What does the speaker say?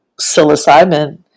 psilocybin